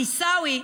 עיסאווי,